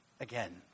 again